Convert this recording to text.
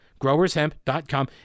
growershemp.com